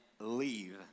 leave